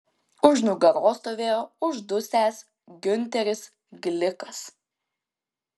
už nugaros stovėjo uždusęs giunteris glikas